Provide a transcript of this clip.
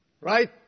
Right